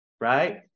right